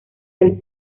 del